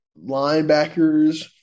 linebackers